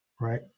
right